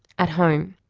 at home.